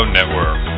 Network